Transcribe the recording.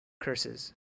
curses